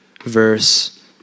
Verse